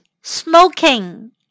smoking